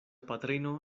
patrino